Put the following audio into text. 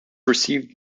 received